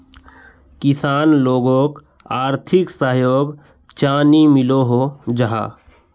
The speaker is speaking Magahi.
किसान लोगोक आर्थिक सहयोग चाँ नी मिलोहो जाहा?